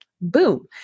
Boom